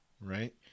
right